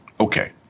Okay